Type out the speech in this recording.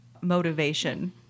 motivation